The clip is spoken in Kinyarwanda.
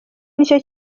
nicyo